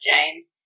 James